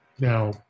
Now